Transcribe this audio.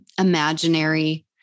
imaginary